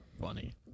funny